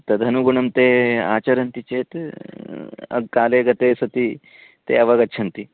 तदनुगुणं ते आचरन्ति चेत् काले गते सति ते अवगच्छन्ति